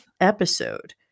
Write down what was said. episode